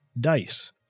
dice